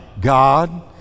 God